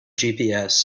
gps